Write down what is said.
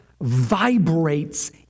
vibrates